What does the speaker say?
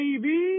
baby